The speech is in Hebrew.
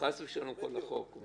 חס ושלום כל החוק.